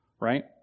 Right